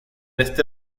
este